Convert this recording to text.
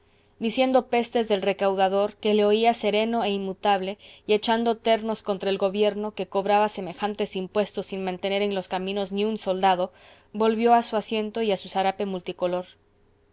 diciendo pestes del recaudador que le oía sereno e inmutable y echando ternos contra el gobierno que cobraba semejantes impuestos sin mantener en los caminos ni un soldado volvió a su asiento y a su zarape multicolor